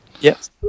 Yes